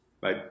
bye